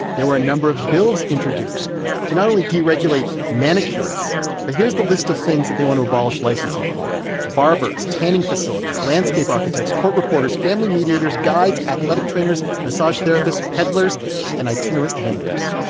there were a number of bills introduced to not only deregulate manicurists but here's the list of things that they want to abolish licensing for barbers, tanning facilities, landscape architects, court reporters, family mediators, guides, athletic trainers, massage therapists, peddlers and itinerant vendors,